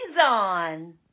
on